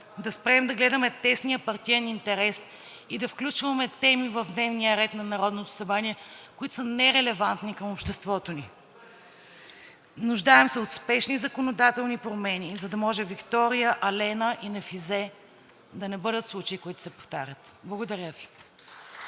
да спрем да гледаме тесния партиен интерес и да включваме теми в дневния ред на Народното събрание, които са нерелевантни към обществото ни. Нуждаем се от спешни законодателни промени, за да може Виктория, Алена и Нефизе да не бъдат случаи, които се повтарят. (Ръкопляскания